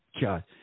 God